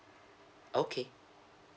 okay